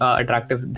attractive